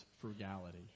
frugality